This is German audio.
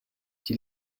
die